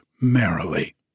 merrily